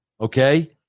okay